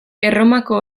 erromako